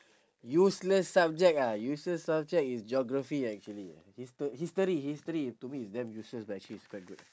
useless subject ah useless subject is geography actually lah histo~ history history to me is damn useless but actually it's quite good